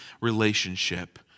relationship